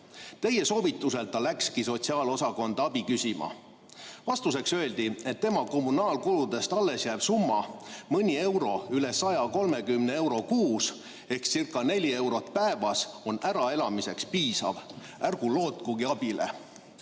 Teie soovitusel ta läkski sotsiaalosakonda abi küsima. Vastuseks öeldi, et tema kommunaalkuludest alles jääv summa, mõni euro üle 130 euro kuus ehkcircaneli eurot päevas, on äraelamiseks piisav. Ärgu lootkugi abile. Ma